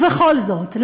ובכל זאת,